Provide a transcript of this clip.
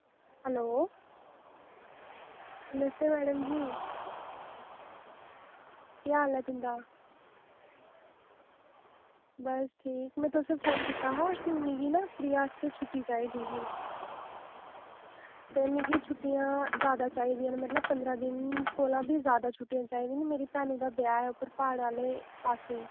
hello नमस्ते madam ji केह् हाल ऐ तुं'दा बस ठीक में तुसेंगी फोन कीता हा कि मिगी ना प्रिया आस्तै छुट्टी चाहिदी ही ते मिगी छुट्टियां जैदा चाहिदियां न मतलब पंदरां दिन कोला बी जैदा दिन छुट्टियां चाहिदियां न क्योंकि मेरी भैनू दा ब्याह् ऐ उप्पर प्हाड़ आह्ले पास्से